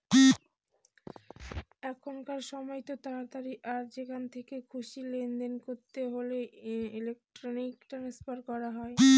এখনকার সময়তো তাড়াতাড়ি আর যেখান থেকে খুশি লেনদেন করতে হলে ইলেক্ট্রনিক ট্রান্সফার করা হয়